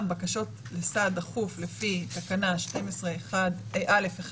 בקשות לסעד דחוף לפי תקנה 12(א) (1),